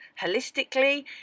holistically